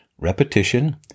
repetition